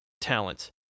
talent